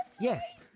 yes